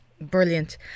Brilliant